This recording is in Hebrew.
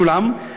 שולם,